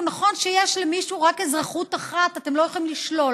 נכון שכשיש למישהו רק אזרחות אחת אתם לא יכולים לשלול,